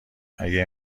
اگه